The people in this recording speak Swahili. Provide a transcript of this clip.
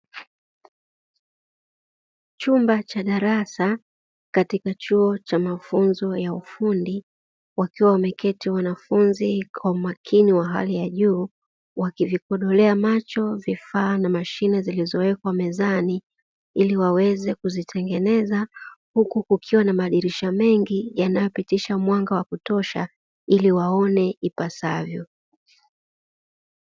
Chumba cha darasa katika chuo cha mafunzo ya ufundi wakiwa wamekiti wanafunzi kwa umakini wa hali ya juu wakivikodolea macho vifaa na mashine zilizowekwa mezani, ili waweze kuzitengeneza huku kukiwa na madirisha mengi yanayo pitisha mwanga wa kutosha ili waone ipasavyo.